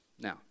Now